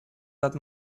that